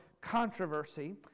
controversy